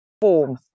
form